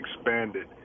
expanded